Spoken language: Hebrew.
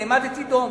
נעמדתי דום.